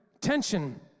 tension